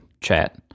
chat